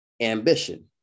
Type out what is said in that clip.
ambition